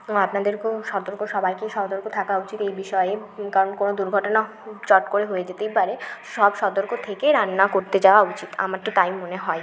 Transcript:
আপনাদেরকেও সতর্ক সবাইকেই সতর্ক থাকা উচিত এই বিষয়ে কারণ কোনও দুর্ঘটনা চট করে হয়ে যেতেই পারে সব সতর্ক থেকে রান্না করতে যাওয়া উচিত আমার তো তাই মনে হয়